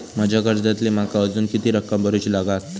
माझ्या कर्जातली माका अजून किती रक्कम भरुची लागात?